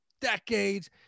decades